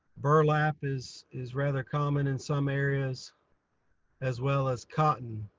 burlap is is rather common in some areas as well as cotton.